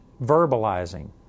verbalizing